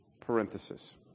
Parenthesis